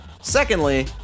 Secondly